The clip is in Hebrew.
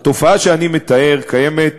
התופעה שאני מתאר קיימת